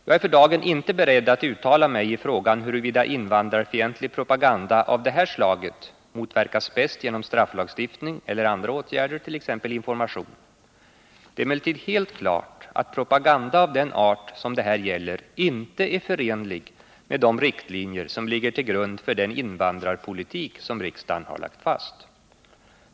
Jag är för dagen inte beredd att uttala mig i frågan huruvida invandrarfientlig propaganda av det här slaget motverkas bäst genom strafflagstiftning eller andra åtgärder, t.ex. information. Det är emellertid helt klart att propaganda av den art som det här gäller inte är förenlig med de riktlinjer som ligger till grund för den invandrarpolitik som riksdagen har lagt fast.